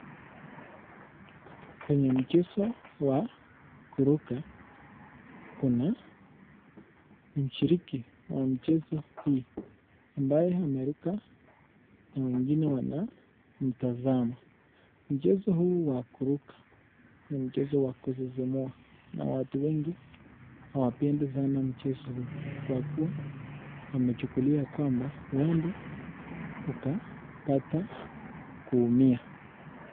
Kwenye mchezo wa kuruka, kuna mshiriki wa mchezo hii ambaye ameruka na wengine wanamtazama. Mchezo huu wa kuruka, ni mchezo wa kusisimua na watu wengi hawapendi sana mchezo huo kwa kua wamechukulia ya kwamba huenda wakapata kuumia.